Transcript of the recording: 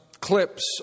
clips